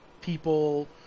people